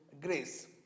grace